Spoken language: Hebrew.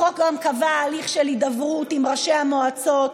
החוק גם קבע הליך של הידברות עם ראשי המועצות,